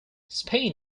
spain